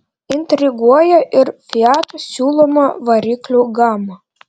intriguoja ir fiat siūloma variklių gama